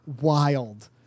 wild